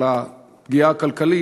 על הפגיעה הכלכלית?